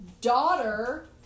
daughter